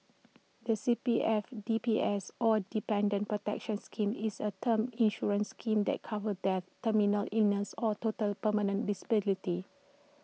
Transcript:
the C P F D P S or Dependants' protection scheme is A term insurance scheme that covers death terminal illness or total permanent disability